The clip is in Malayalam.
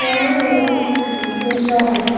ഞങ്ങളിവിടൊരു ക്ലോത്തിങ്ങ് സ്റ്റോറുണ്ട്